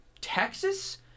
Texas